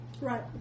Right